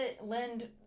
lend